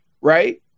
right